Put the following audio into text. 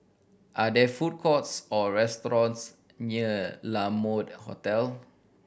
are there food courts or restaurants near La Mode Hotel